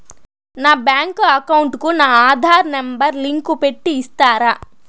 నా bank account కు నా ఆధార్ నెంబర్ లింకు పెట్టి ఇస్తారా?